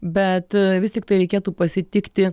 bet vis tiktai reikėtų pasitikti